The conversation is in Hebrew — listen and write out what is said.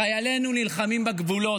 חיילינו נלחמים בגבולות,